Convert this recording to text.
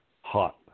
hot